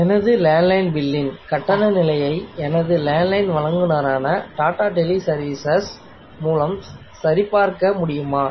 எனது landline பில்லின் கட்டண நிலையை எனது லேண்ட் லைன் வழங்குநரான டாடா டெலி சர்வீசஸ் மூலம் ச சரிபார்க்க முடியுமா